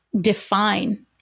define